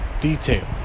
detail